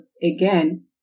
again